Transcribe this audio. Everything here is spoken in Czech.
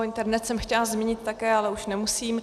Internet jsem chtěla zmínit také, ale už nemusím.